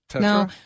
No